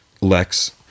Lex